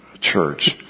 church